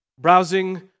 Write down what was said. Browsing